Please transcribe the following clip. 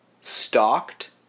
stalked